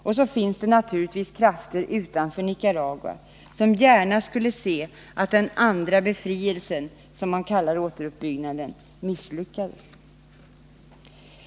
Dessutom finns det naturligtvis krafter utanför Nicaragua som gärna skulle se att ”den andra befrielsen” — som man kallar återuppbyggnaden — misslyckades.